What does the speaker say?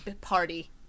party